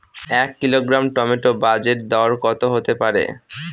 এক kilogram tomato বাজের দরকত হতে পারে?